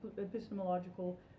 epistemological